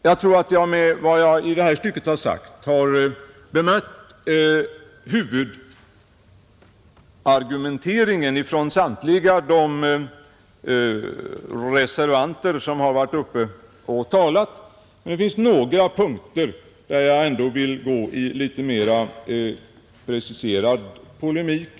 Jag tror att jag med vad jag har sagt har bemött huvudargumenteringen från samtliga de reservanter som varit uppe och talat. Men det finns några punkter där jag vill gå i litet mer preciserad polemik.